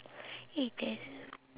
eh that